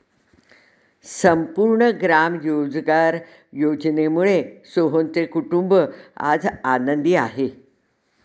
संपूर्ण ग्राम रोजगार योजनेमुळे सोहनचे कुटुंब आज आनंदी आहे